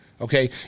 Okay